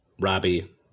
Robbie